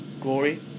glory